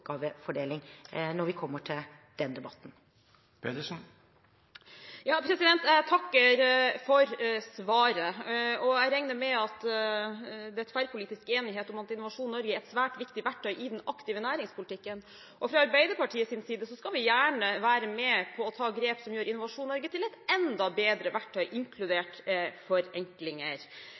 når vi kommer til den debatten. Jeg takker for svaret. Jeg regner med at det er tverrpolitisk enighet om at Innovasjon Norge er et svært viktig verktøy i den aktive næringspolitikken. Fra Arbeiderpartiets side skal vi gjerne være med på å ta grep som gjør Innovasjon Norge til et enda bedre verktøy, inkludert forenklinger.